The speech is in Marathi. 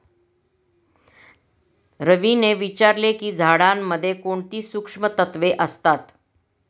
रवीने विचारले की झाडांमध्ये कोणती सूक्ष्म तत्वे असतात?